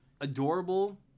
adorable